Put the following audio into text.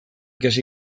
ikasi